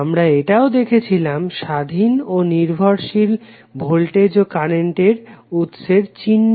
আমরা এটাও দেখেছিলাম স্বাধীন ও নির্ভরশীল ভোল্টেজ ও কারেন্টের উৎসের কি চিহ্ন